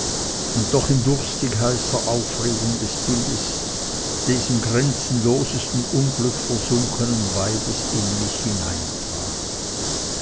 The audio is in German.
und doch in durstig heißer aufregung das bild des im grenzenlosesten unglücke versunkenen weibes in mich hineintrank